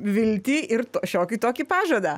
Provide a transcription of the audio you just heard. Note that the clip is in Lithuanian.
viltį ir šiokį tokį pažadą